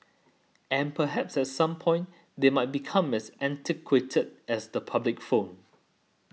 and perhaps at some point they might become as antiquated as the public phone